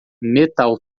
metal